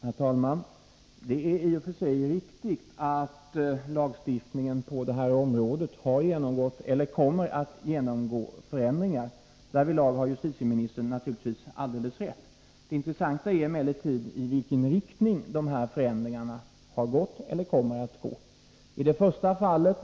Herr talman! Justitieministern har naturligtvis i och för sig rätt i att lagstiftningen på det här området har genomgått eller kommer att genomgå förändringar. Det intressanta är emellertid i vilken riktning de här förändringarna har gått eller kommer att gå.